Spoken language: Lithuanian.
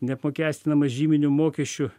neapmokestinamas žyminiu mokesčiu